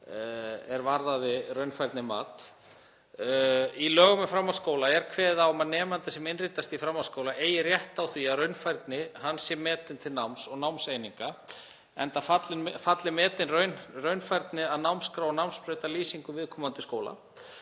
er varðaði raunfærnimat. Í lögum um framhaldsskóla er kveðið á um að nemandi sem innritast í framhaldsskóla eigi rétt á því að raunfærni hans sé metin til náms og námseininga, enda falli metin raunfærni að námskrá og námsbrautarlýsingu viðkomandi skóla.